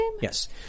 Yes